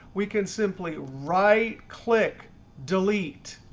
we can simply right click delete.